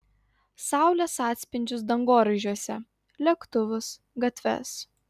saulės atspindžius dangoraižiuose lėktuvus gatves